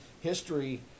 History